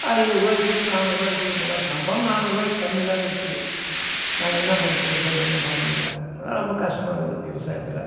ஐந்நூறுரூவா விற்கிது நானூறுரூவா விற்கிது மிளகா கன்ஃபார்ம் நானூறுரூவாய்க்கி கம்மி இல்லாத விற்கிது நாங்கள் என்ன பண்ணுறது விவசாயம் ஒன்றும் பண்ண முடியல அதான் ரொம்ப கஸ்டமாக இருக்குது விவசாயத்தில்